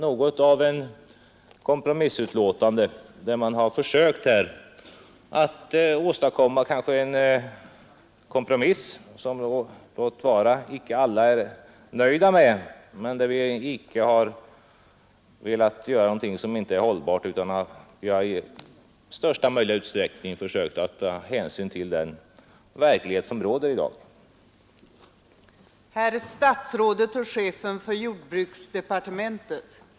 Låt vara att alla inte är nöjda med den kompromiss som man har försökt åstadkomma, men vi har inte velat göra någonting som inte är hållbart, och vi har i största möjliga utsträckning även försökt ta hänsyn till den verklighet som råder i dag.